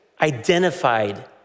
identified